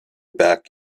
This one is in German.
berg